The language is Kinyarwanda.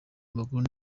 makuru